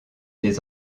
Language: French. des